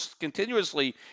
continuously